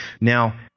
Now